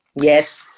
Yes